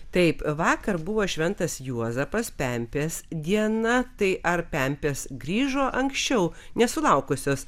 taip vakar buvo šventas juozapas pempės diena tai ar pempės grįžo anksčiau nesulaukusios